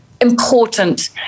important